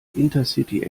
intercity